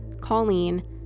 Colleen